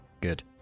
Good